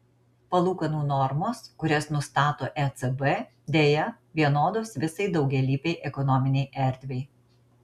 palūkanų normos kurias nustato ecb deja vienodos visai daugialypei ekonominei erdvei